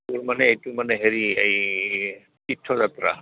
টোৰ মানে এইটো মানে হেৰি এই তীৰ্থযাত্ৰা